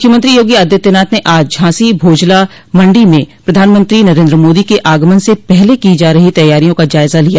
मुख्यमंत्री योगी आदित्यनाथ ने आज झांसी भोजला मंडी में प्रधानमंत्री नरेन्द्र मोदी के आगमन से पहले की जा रही तैयारियों का जायजा लिया